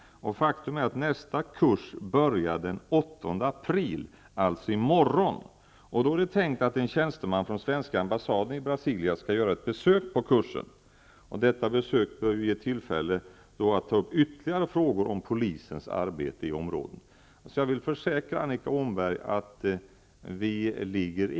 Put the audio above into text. Nästa kurs börjar den 8 april, dvs. i morgon. Då är det tänkt att en tjänsteman från svenska ambassaden i Brasilia skall göra ett besök på kursen. Detta besök bör ju ge tillfälle att ta upp ytterligare frågor om polisens arbete i området. Jag vill försäkra Annika Åhnberg att vi ligger i.